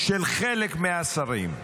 של חלק מהשרים,